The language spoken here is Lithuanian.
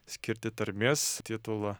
skirti tarmės titulą